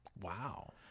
Wow